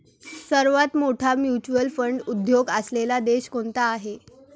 सर्वात मोठा mutual fund उद्योग असलेला देश कोणता आहे?